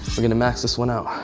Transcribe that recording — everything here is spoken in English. we're gonna max this one out.